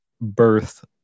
birth